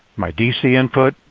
my dc input,